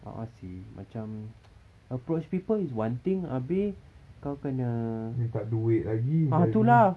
a'ah seh macam approach people is one thing abeh kau kena ah tu lah